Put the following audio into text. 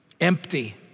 empty